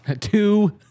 Two